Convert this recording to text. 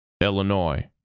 Illinois